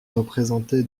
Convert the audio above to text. représenté